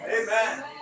Amen